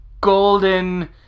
golden